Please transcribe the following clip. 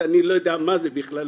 שאני לא יודע מה זה בכלל,